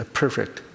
perfect